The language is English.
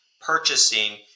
purchasing